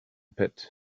pit